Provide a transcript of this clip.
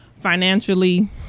financially